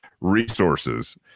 resources